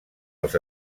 als